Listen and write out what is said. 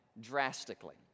drastically